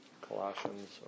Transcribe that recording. colossians